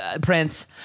Prince